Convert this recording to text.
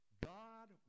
God